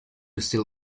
still